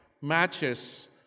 matches